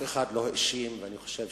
אני חושב,